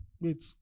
wait